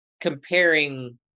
comparing